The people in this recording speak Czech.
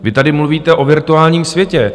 Vy tady mluvíte o virtuálním světě.